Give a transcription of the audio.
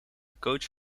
coach